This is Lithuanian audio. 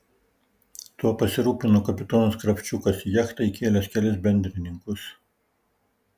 tuo pasirūpino kapitonas kravčiukas į jachtą įkėlęs kelis bendrininkus